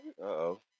Uh-oh